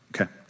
okay